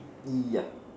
ya